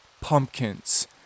pumpkins